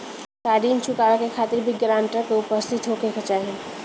का ऋण चुकावे के खातिर भी ग्रानटर के उपस्थित होखे के चाही?